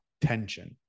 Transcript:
tension